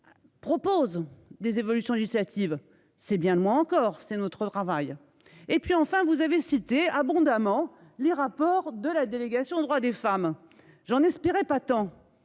Propose des évolutions législatives c'est bien le moins encore c'est notre travail. Et puis enfin vous avez cité abondamment les rapports de la délégation aux droits des femmes. J'en espérais pas tant.